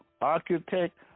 architect